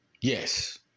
Yes